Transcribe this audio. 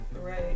right